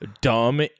dumb